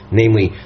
namely